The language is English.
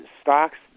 stocks